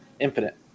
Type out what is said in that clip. infinite